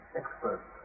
experts